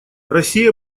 россия